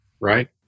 right